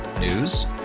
News